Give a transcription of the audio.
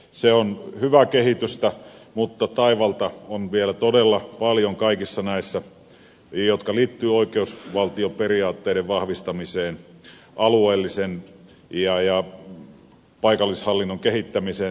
se on hyvää kehitystä mutta taivalta on vielä todella paljon kaikissa näissä jotka liittyvät oi keusvaltioperiaatteiden vahvistamiseen alueellisen ja paikallishallinnon kehittämiseen